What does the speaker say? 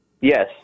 Yes